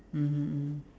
mmhmm mmhmm